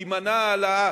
תימנע העלאה